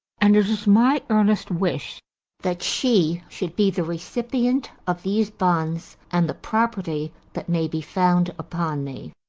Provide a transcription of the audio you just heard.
and it is my earnest wish that she should be the recipient of these bonds and the property that may be found upon me.